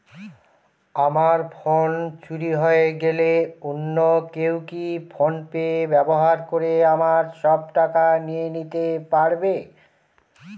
আমার ফোন চুরি হয়ে গেলে অন্য কেউ কি ফোন পে ব্যবহার করে আমার সব টাকা নিয়ে নিতে পারবে?